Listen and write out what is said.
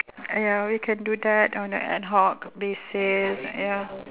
ya we can do that on a ad hoc basis ya